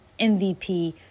MVP